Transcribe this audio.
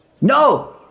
No